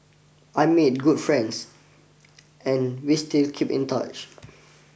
I made good friends and we still keep in touch